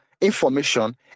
information